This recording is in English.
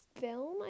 film